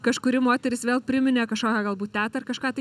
kažkuri moteris vėl priminė kažkokią galbūt tetą ar kažką tai